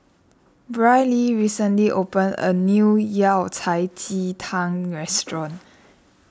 Brylee recently opened a new Yao Cai Ji Tang restaurant